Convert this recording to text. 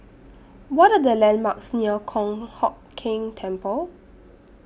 What Are The landmarks near Kong Hock Keng Temple